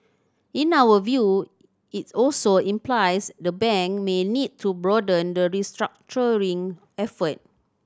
in our view its also implies the bank may need to broaden the restructuring effort